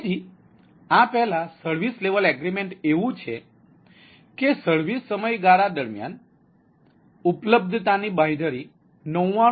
તેથી આ પહેલાં સર્વિસ લેવલ એગ્રીમેન્ટ એવું છે કે સર્વિસ સમયગાળા દરમિયાન ઉપલબ્ધતાની બાંયધરી 99